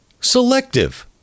selective